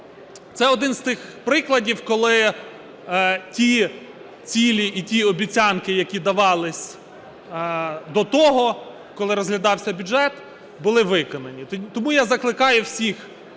Це один з тих прикладів, коли ті цілі і ті обіцянки, які давалися до того, коли розглядався бюджет, були виконані. Тому я закликаю всіх,